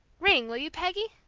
ring, will you, peggy?